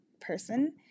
person